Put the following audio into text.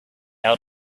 out